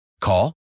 Call